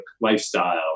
lifestyle